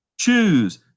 choose